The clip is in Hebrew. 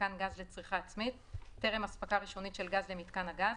מיתקן גז לצריכה עצמית טרם הספקה ראשונית של גז למיתקן הגז,